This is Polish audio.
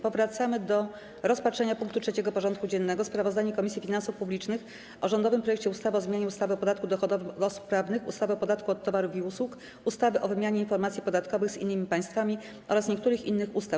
Powracamy do rozpatrzenia punktu 3. porządku dziennego: Sprawozdanie Komisji Finansów Publicznych o rządowym projekcie ustawy o zmianie ustawy o podatku dochodowym od osób prawnych, ustawy o podatku od towarów i usług, ustawy o wymianie informacji podatkowych z innymi państwami oraz niektórych innych ustaw.